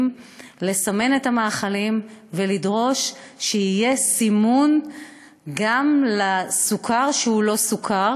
לסמן את המאכלים ולדרוש שיהיה סימון גם לסוכר שהוא לא סוכר,